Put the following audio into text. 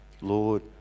Lord